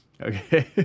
Okay